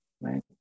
right